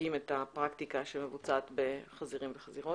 שמדגים את הפרקטיקה שמבוצעת בחזירים ובחזירות.